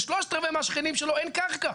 ל-3/4 מהשכנים שלו אין קרקע.